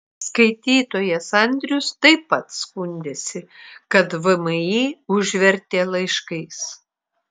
skaitytojas andrius taip pat skundėsi kad vmi užvertė laiškais